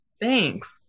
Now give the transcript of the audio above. Thanks